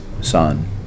son